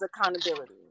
accountability